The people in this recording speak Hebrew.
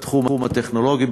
בתחום הטכנולוגי,